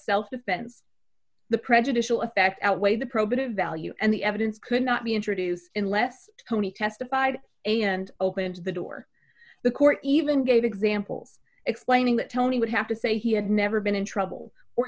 self defense the prejudicial effect outweighed the probative value and the evidence could not be introduced in less tony testified a and opens the door the court even gave example explaining that tony would have to say he had never been in trouble or